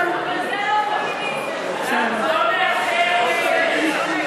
לא נאפשר,